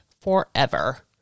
forever